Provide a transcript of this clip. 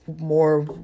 more